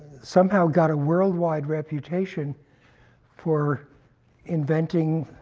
somehow got a worldwide reputation for inventing